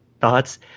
thoughts